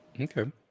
Okay